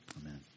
Amen